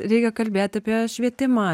reikia kalbėt apie švietimą